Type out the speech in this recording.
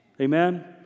Amen